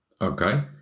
Okay